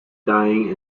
dying